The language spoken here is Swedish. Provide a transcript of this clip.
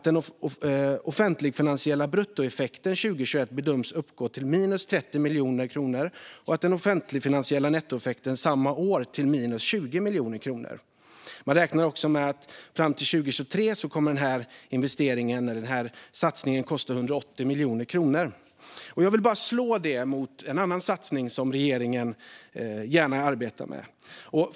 Den offentligfinansiella bruttoeffekten 2021 bedöms uppgå till minus 30 miljoner kronor och den offentligfinansiella nettoeffekten samma år till minus 20 miljoner kronor. År 2022 och 2023 bedöms nettoeffekten uppgå till minus 140 respektive 180 miljoner kronor." Jag vill ställa detta mot en annan satsning som regeringen gärna arbetar med.